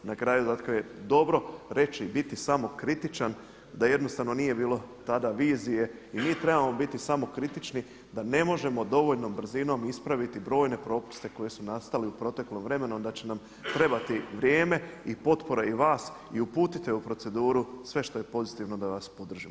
Na kraju dakle je dobro reći i biti samokritičan, da jednostavno nije bilo tada vizije i mi trebamo biti samokritični, da ne možemo dovoljnom brzinom ispraviti brojne propuste koji su nastali u proteklom vremenu, da će nam trebati vrijeme i potpore i vas i uputite u proceduru sve što je pozitivno da vas podržimo.